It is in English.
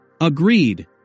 Agreed